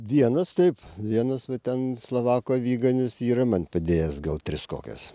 vienas taip vienas va ten slovako aviganis yra man padėjęs gal tris kokias